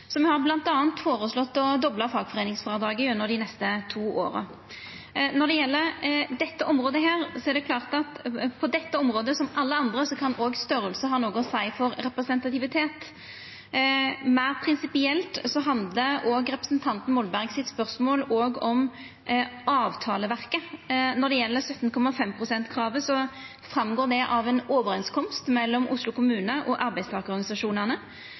Me har bl.a. føreslått å dobla fagforeiningsfrådraget gjennom dei neste to åra. Det er klart at på dette området, som på alle andre, kan størrelse ha noko å seia for representativitet. Meir prinsipielt handlar representanten Molberg sitt spørsmål òg om avtaleverket. Når det gjeld 17,5 pst.-kravet, går det fram av ein overeinskomst mellom Oslo kommune og arbeidstakarorganisasjonane,